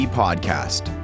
podcast